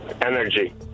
Energy